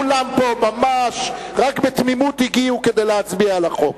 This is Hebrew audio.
כולם פה ממש רק בתמימות הגיעו כדי להצביע על החוק.